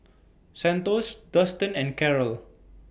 Santos Dustan and Karyl